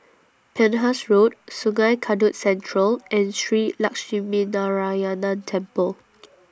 Penhas Road Sungei Kadut Central and Shree Lakshminarayanan Temple